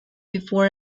before